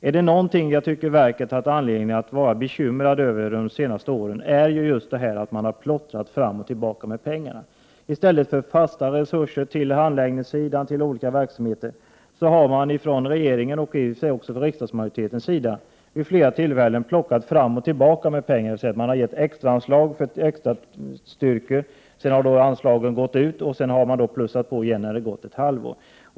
Är det någonting verket har haft anledning att vara bekymrad över de senaste åren, är det detta att man har plottrat fram och tillbaka med pengarna. I stället för att ge fasta resurser till handläggningssidan och andra verksamheter har regeringen och också riksdagsmajoriteten vid flera tillfällen plockat fram och tillbaka med pengar. Man har gett extra anslag för extra kostnader. Sedan har anslagen gått ut. Efter ett halvår har man plussat på igen.